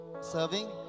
Serving